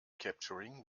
capturing